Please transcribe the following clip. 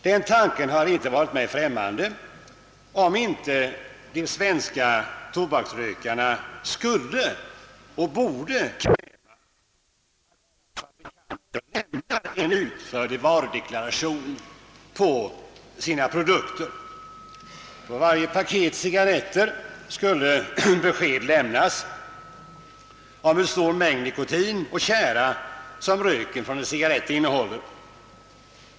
Den tanken har inte varit mig främmande, att de svenska tobaksrökarna borde kräva att alla fabrikanter lämnar en utförlig varudeklaration på sina produkter. På varje paket cigarretter skulle besked lämnas om hur stor mängd nikotin och tjära som röken från en cigarrett innehåller.